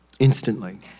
Instantly